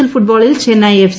L ഫുട്ബോളിൽ Chennai F